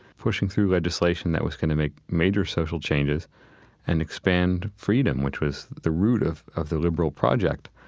pushing through legislation that was going to make major social changes and expand freedom, which was the root of of the liberal project.